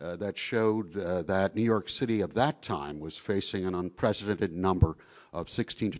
that showed that new york city at that time was facing an unprecedented number of sixteen to